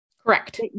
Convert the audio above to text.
correct